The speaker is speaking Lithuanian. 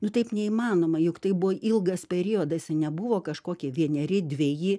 nu taip neįmanoma juk tai buvo ilgas periodas nebuvo kažkokie vieneri dveji